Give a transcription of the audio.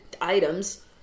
items